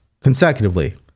consecutively